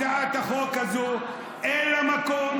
הצעת החוק הזאת, אין לה מקום.